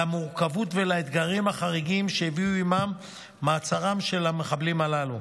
למורכבות ולאתגרים החריגים שהביא עימו מעצרם של המחבלים הללו.